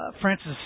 Francis